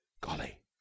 golly